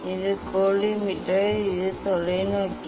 இது கோலிமேட்டர் இது தொலைநோக்கி